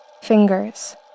Fingers